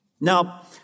Now